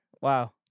Wow